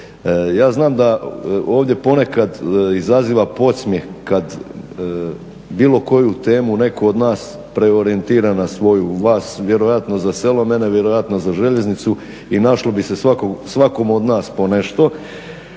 Ja znam da ovdje ponekad izaziva podsmijeh kad bilo koju temu netko od nas preorijentira na svoju, vas vjerojatno za selo, mene vjerojatno za željeznicu i našlo bi se svakom od nas po nešto.